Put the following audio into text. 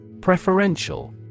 Preferential